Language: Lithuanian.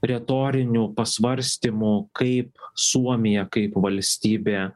retorinių pasvarstymų kaip suomija kaip valstybė